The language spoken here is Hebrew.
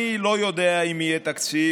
אני לא יודע אם יהיה תקציב,